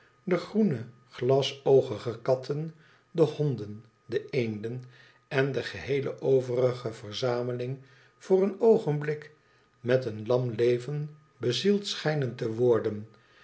de groene glasoogige katten de honden de eenden en de geheele overige verzameling voor een oogenblik met een lam leven bezield schijnen te worden